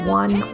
one